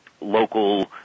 local